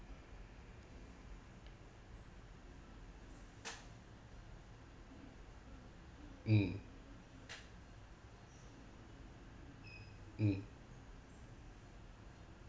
mm mm